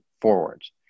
forwards